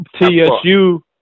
TSU